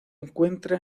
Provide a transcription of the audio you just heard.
encuentra